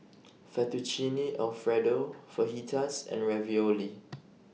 Fettuccine Alfredo Fajitas and Ravioli